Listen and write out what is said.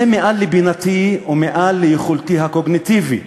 זה מעל לבינתי ומעל ליכולתי הקוגניטיבית,